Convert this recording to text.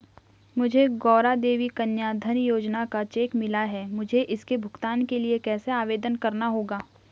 मुझे गौरा देवी कन्या धन योजना का चेक मिला है मुझे इसके भुगतान के लिए कैसे आवेदन करना होगा?